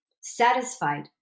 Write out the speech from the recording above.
satisfied